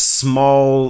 small